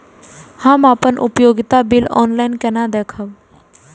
हम अपन उपयोगिता बिल ऑनलाइन केना देखब?